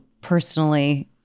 personally